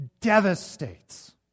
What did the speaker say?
devastates